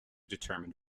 determine